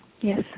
yes